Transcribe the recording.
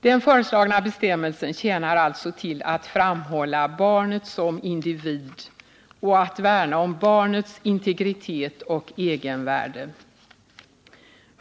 Den föreslagna bestämmelsen tjänar alltså till att framhålla barnet som individ och att värna om barnets integritet och egenvärde.